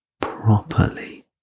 properly